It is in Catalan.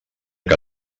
que